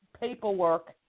paperwork